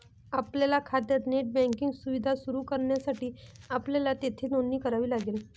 आपल्या खात्यात net banking सुविधा सुरू करण्यासाठी आपल्याला येथे नोंदणी करावी लागेल